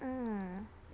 mm